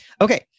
Okay